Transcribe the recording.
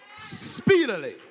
speedily